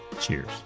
Cheers